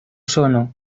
sono